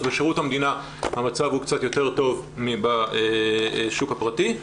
אז בשירות המדינה המצב הוא קצת יותר טוב מהשוק הפרטי.